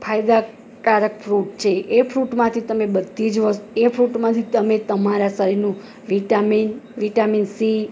ફાયદાકારક ફ્રુટ છે એ ફ્રૂટમાંથી તમે બધી જ એ ફ્રૂટમાંથી તમે તમારાં શરીરનું વિટામિન વિટામિન સી